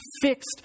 fixed